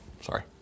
sorry